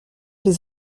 les